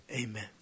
Amen